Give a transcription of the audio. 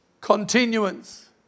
continuance